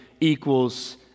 equals